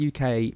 UK